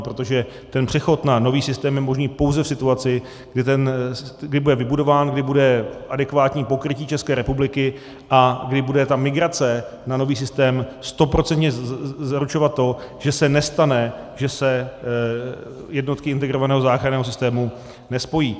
Protože přechod na nový systém je možný pouze v situaci, kdy bude vybudován, kdy bude adekvátní pokrytí České republiky a kdy bude migrace na nový systém stoprocentně zaručovat to, že se nestane, že se jednotky integrovaného záchranného systému nespojí.